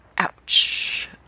Ouch